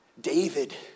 David